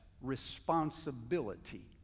responsibility